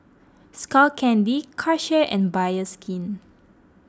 Skull Candy Karcher and Bioskin